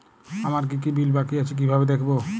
আমার কি কি বিল বাকী আছে কিভাবে দেখবো?